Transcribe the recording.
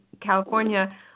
California